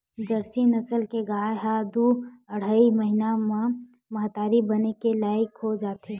Jersey नसल के गाय ह दू अड़हई महिना म महतारी बने के लइक हो जाथे